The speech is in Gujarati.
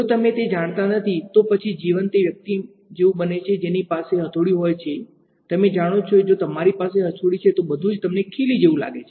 જો તમે તે જાણતા નથી તો પછી જીવન તે વ્યક્તિ જેવું બને છે પાસે હથોડી હોય છે તમે જાણો છો કે જો તમારી પાસે હથોડી તો બધું જ તમને ખીલી જેવુ લાગે છે